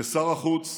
כשר החוץ,